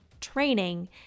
training